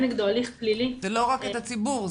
נגדו הליך פלילי --- זה לא רק על הציבור,